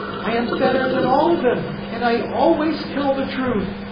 i am better than all of them and i always tell the truth.